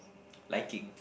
liking